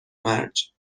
مرج